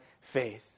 faith